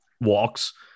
walks